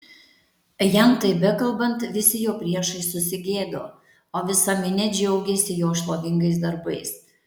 jam tai bekalbant visi jo priešai susigėdo o visa minia džiaugėsi jo šlovingais darbais